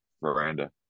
veranda